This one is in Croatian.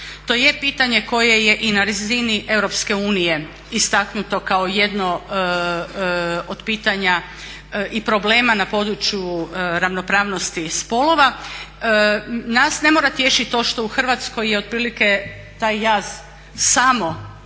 To je pitanje koje je i na razini Europske unije istaknuto kao jedno od pitanja i problema na području ravnopravnosti spolova. Nas ne mora tješit to što u Hrvatskoj je otprilike taj jaz samo